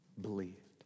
believed